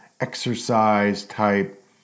exercise-type